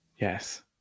Yes